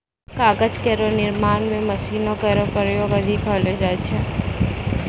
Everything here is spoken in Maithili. कागज केरो निर्माण म मशीनो केरो प्रयोग अधिक होय छै